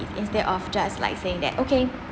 instead of just like saying that okay